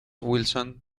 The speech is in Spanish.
wilson